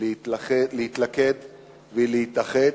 להתלכד ולהתאחד.